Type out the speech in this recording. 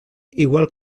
igual